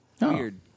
Weird